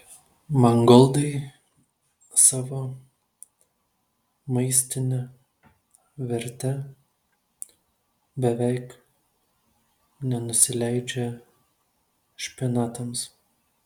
mangoldai savo maistine verte beveik nenusileidžia špinatams